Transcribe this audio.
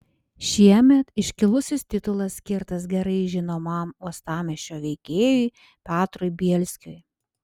šiemet iškilusis titulas skirtas gerai žinomam uostamiesčio veikėjui petrui bielskiui